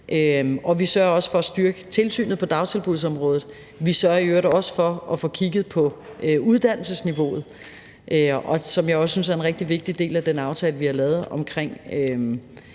Vi sørger også for at styrke tilsynet på dagtilbudsområdet, og vi sørger i øvrigt også for at få kigget på uddannelsesniveauet, som jeg også synes er en rigtig vigtig del af den aftale, vi har lavet omkring